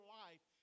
life